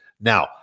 Now